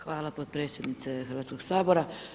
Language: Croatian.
Hvala potpredsjednice Hrvatskog sabora.